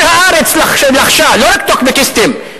כל הארץ לחשה, לא רק טוקבקיסטים,